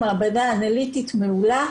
מעבדה אנליטית מעולה,